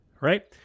right